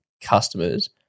customers